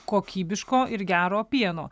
kokybiško ir gero pieno